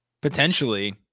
potentially